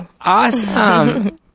awesome